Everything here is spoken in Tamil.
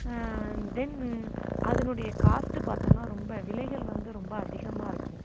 தென் அதனுடைய காஸ்ட்டு பார்த்தோன்னா ரொம்ப விலைகள் வந்து ரொம்ப அதிகமாக இருக்கும்